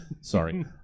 Sorry